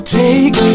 take